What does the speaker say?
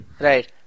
Right